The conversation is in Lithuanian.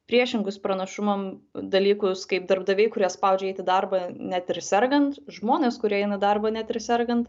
priešingus pranašumam dalykus kaip darbdaviai kurie spaudžia eit į darbą net ir sergant žmonės kurie eina darbą net ir sergant